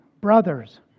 brothers